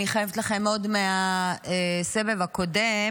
אני חייבת לכם עוד מהסבב הקודם,